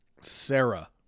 Sarah